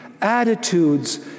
attitudes